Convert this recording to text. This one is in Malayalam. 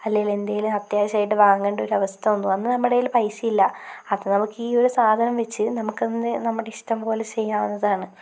അല്ലേൽ എന്തേലും അത്യാവശ്യമായിട്ട് വാങ്ങേണ്ട ഒരവസ്ഥ വന്നു അന്ന് നമ്മുടെ കയ്യിൽ പൈസയില്ല അത് നമുക്ക് ഈ ഒരു സാധനം വെച്ച് നമുക്കതിനെ നമ്മുടെ ഇഷ്ടം പോലെ ചെയ്യാവുന്നതാണ്